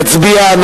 יצביע.